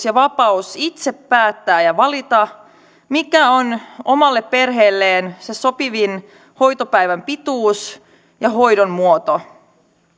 ja vapauden itse päättää ja valita mikä on omalle perheelle se sopivin hoitopäivän pituus ja hoidon muoto